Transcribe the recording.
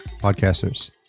podcasters